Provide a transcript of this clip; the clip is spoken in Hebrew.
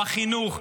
בחינוך,